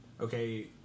Okay